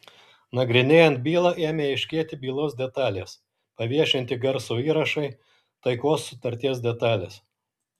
nagrinėjant bylą ėmė aiškėti bylos detalės paviešinti garso įrašai taikos sutarties detalės